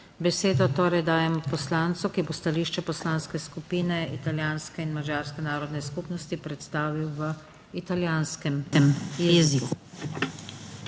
Besedo torej dajem poslancu, ki bo stališče Poslanske skupine italijanske in madžarske narodne skupnosti predstavil v italijanskem jeziku.